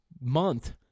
month